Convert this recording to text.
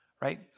right